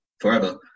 forever